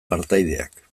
partaideak